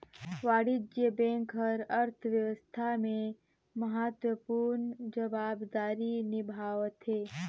वाणिज्य बेंक हर अर्थबेवस्था में महत्वपूर्न जवाबदारी निभावथें